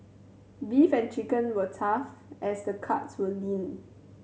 beef and chicken were tough as the cuts were lean